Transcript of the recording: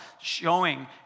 showing